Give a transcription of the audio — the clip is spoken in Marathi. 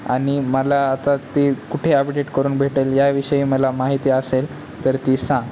आणि मला आता ती कुठे अपडेट करून भेटेल याविषयी मला माहिती असेल तर ती सांग